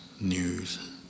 news